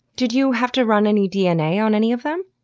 did you have to run any dna on any of them?